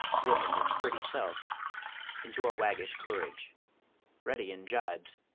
woman it pretty self into a waggish courage ready in gibes,